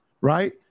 right